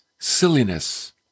Silliness